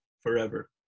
forever